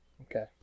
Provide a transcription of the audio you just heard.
Okay